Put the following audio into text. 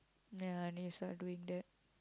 ya and you start doing that